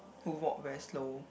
who walk very slow